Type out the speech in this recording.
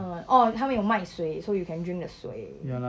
uh orh 他们有卖水 so you can drink the 水